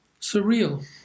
surreal